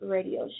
Radio